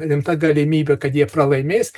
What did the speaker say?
rimta galimybė kad jie pralaimės